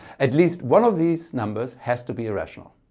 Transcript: at least one of these numbers has to be irrational